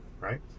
right